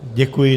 Děkuji.